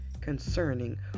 concerning